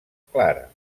clara